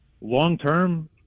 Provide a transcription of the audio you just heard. Long-term